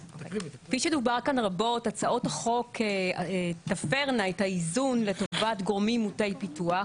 שדובר כאן רבות הצעות החוק תפרנה את האיזון לטובת גורמים מוטי פיתוח.